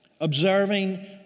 observing